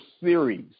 series